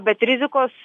bet rizikos